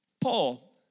Paul